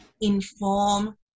inform